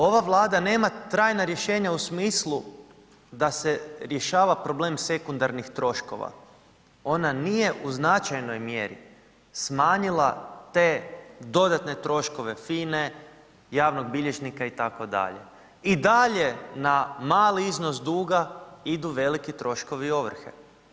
Ova Vlada nema trajna rješenja u smislu da se rješava problem sekundarnih troškova, ona nije u značajnoj mjeri smanjila te dodatne troškove FINE, javnog bilježnika itd., i dalje na mali iznos duga idu veliki troškovi ovrhe.